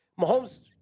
Mahomes